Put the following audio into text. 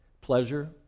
pleasure